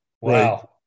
Wow